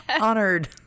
Honored